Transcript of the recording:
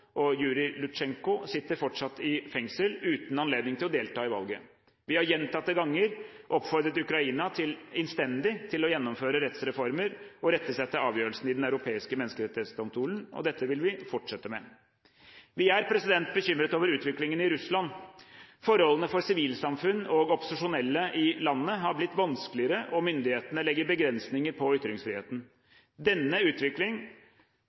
og Jurij Lutsenko sitter fortsatt i fengsel, uten anledning til å delta i valget. Vi har gjentatte ganger oppfordret Ukraina innstendig til å gjennomføre rettsreformer og rette seg etter avgjørelsene i Den europeiske menneskerettighetsdomstolen. Dette vil vi fortsette med. Vi er bekymret for utviklingen i Russland. Forholdene for sivilsamfunn og opposisjonelle i landet har blitt vanskeligere, og myndighetene legger begrensninger på ytringsfriheten. Denne